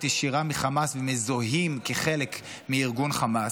ישירה מחמאס ומזוהים כחלק מארגון חמאס,